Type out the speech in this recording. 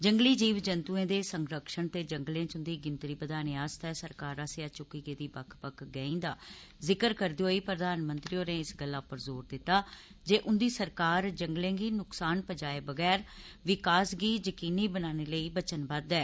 जंगली जीव जन्तुएं दे संरक्षण ते जंगलें च उन्दी गिनतरी बघाने आस्तै सरकार आस्सेआ चुक्की गेदी बक्ख बकख गैंई दा ज़िक्र करदे होई प्रधानमंत्री होरें इस गल्ला उप्पर ज़ोर दित्ता जे उन्दी सरकार जंगलें गी नुक्सान पजाये बगैर विकास गी यकीनी बनाने लेई वचनबद्द ऐ